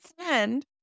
friend